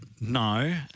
No